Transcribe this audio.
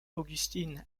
augustine